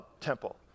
temple